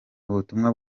ubutumwa